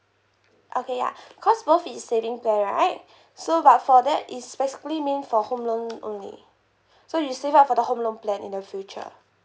okay ya cause both is saving plan right so but for that is basically mean for home loan only so you save up for the home loan plan in the future